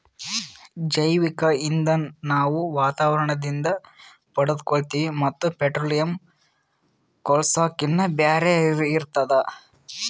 ಜೈವಿಕ್ ಇಂಧನ್ ನಾವ್ ವಾತಾವರಣದಿಂದ್ ಪಡ್ಕೋತೀವಿ ಮತ್ತ್ ಪೆಟ್ರೋಲಿಯಂ, ಕೂಳ್ಸಾಕಿನ್ನಾ ಬ್ಯಾರೆ ಇರ್ತದ